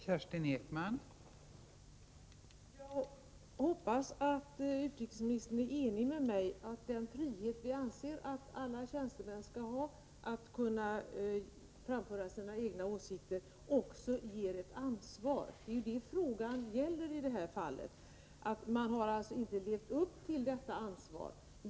Fru talman! Jag hoppas att utrikesministern är enig med mig om att den Torsdagen den frihet vi anser att alla tjänstemän skall ha att framföra sina egna åsikter också 31 januari 1985 medför ett ansvar. Det är ju detta frågan gäller i det här fallet — man har inte levt upp till detta ansvar.